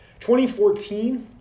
2014